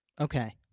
Okay